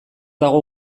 dago